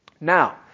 Now